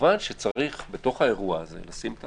כמובן שצריך בתוך האירוע הזה לשים את